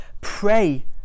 pray